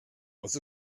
was